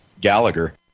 Gallagher